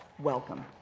welcome.